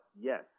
yes